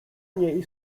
niej